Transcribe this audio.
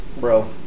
bro